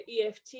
EFT